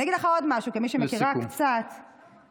אני אגיד לך עוד משהו, כמי שמכירה קצת, לסיכום.